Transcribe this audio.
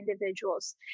individuals